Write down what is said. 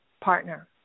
partner